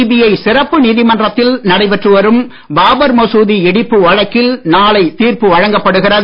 CBI சிறப்பு நீதிமன்றத்தில் நடைபெற்று வரும் பாபர் மசூதி இடிப்பு வழக்கில் நாளை தீர்ப்பு வழங்கப்படுகிறது